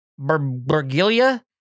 Bergilia